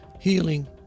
healing